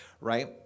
Right